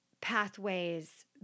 pathways